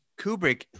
Kubrick